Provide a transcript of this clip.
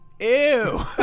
Ew